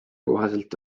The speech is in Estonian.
kohaselt